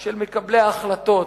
של מקבלי ההחלטות,